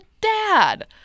dad